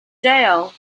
jail